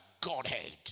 Godhead